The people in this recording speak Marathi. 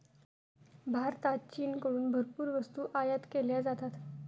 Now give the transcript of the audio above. भारतात चीनकडून भरपूर वस्तू आयात केल्या जातात